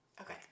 Okay